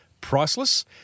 priceless